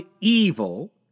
evil